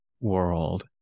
world